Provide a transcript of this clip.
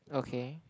okay